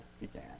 began